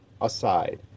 aside